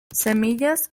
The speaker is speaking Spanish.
semillas